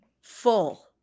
full